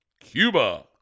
Cuba